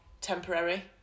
temporary